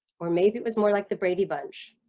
or maybe it was more like the brady bunch